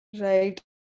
Right